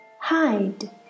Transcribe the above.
hide